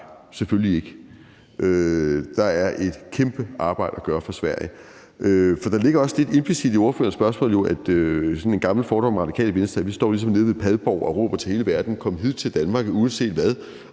selvfølgelig ikke. Der er et kæmpe arbejde at gøre for Sverige. Der ligger også implicit i ordførerens spørgsmål sådan en gammel fordom om Radikale Venstre om, at vi sådan står nede ved Padborg og råber til hele verden: Kom hid til Danmark uanset hvad,